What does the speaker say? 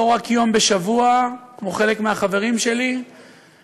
לא הרפורמים שיושבים בארצות הברית ושולחים לנו הוראות.